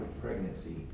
pregnancy